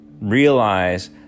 realize